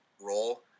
role